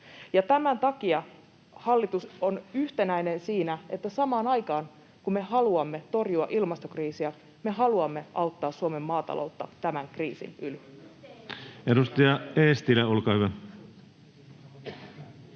tämän takia hallitus on yhtenäinen siinä, että samaan aikaan, kun me haluamme torjua ilmastokriisiä, me haluamme auttaa Suomen maataloutta tämän kriisin yli. [Sanna Antikainen: